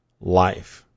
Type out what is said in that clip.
life